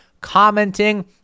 commenting